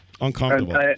Uncomfortable